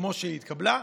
כמו שהיא התקבלה.